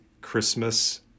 Christmas